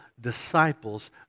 disciples